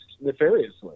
nefariously